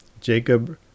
Jacob